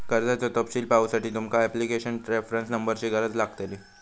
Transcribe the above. कर्जाचो तपशील पाहुसाठी तुमका ॲप्लीकेशन रेफरंस नंबरची गरज लागतली